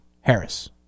Harris